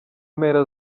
mpera